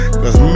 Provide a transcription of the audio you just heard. cause